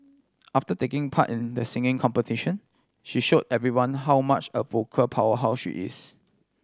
after taking part in the singing competition she show everyone how much of a vocal powerhouse she is